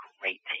great